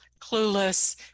clueless